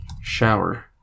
shower